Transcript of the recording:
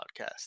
podcast